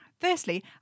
Firstly